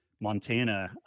montana